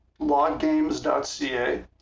Loggames.ca